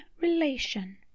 relation